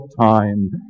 time